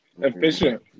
Efficient